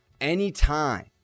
anytime